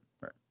right